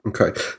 Okay